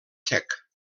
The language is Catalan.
sec